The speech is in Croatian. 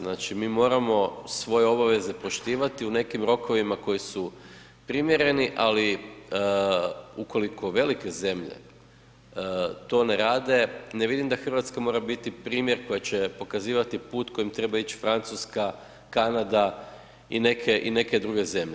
Znači mi moramo svoje obaveze poštivati u nekim rokovima koji su primjereni, ali ukoliko velike zemlje to ne rade, ne vidim da Hrvatska mora biti primjer koja će pokazivati put kojim treba ići Francuska, Kanada i neke druge zemlje.